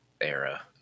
era